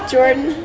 Jordan